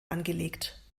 angelegt